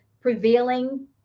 prevailing